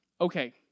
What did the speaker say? Okay